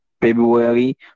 February